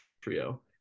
trio